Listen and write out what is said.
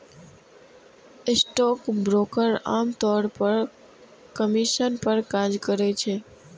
stockbroker आम तौर पर कमीशन पर काज करै छै